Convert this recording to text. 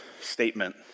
statement